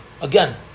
again